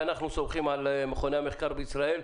אנחנו סומכים על מכוני המחקר בישראל.